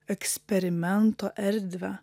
eksperimento erdvę